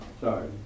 Sorry